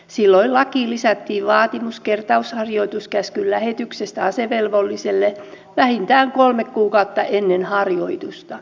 silloin lakiin lisättiin vaatimus kertausharjoituskäskyn lähetyksestä asevelvolliselle vähintään kolme kuukautta ennen harjoitusta